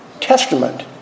testament